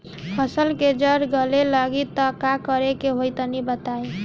फसल के जड़ गले लागि त का करेके होई तनि बताई?